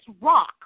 rock